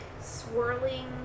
swirling